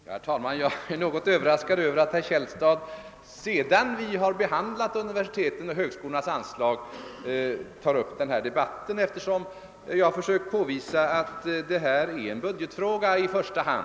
Herr talman! Jag är något överraskad över att herr Källstad sedan vi behandlat universitetens och högskolornas anslag tar upp denna debatt, eftersom jag har försökt påvisa att detta i första hand är en budgetfråga.